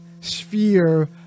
sphere